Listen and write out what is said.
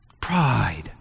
pride